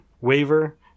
waiver